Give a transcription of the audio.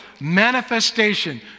manifestation